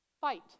fight